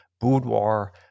boudoir